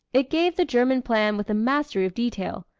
it gave the german plan with a mastery of detail,